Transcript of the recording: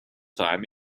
time